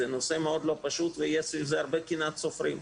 זה נושא לא פשוט ויש על זה הרבה קנאת סופרים,